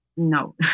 No